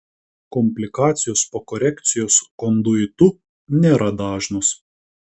komplikacijos po korekcijos konduitu nėra dažnos